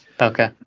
okay